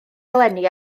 eleni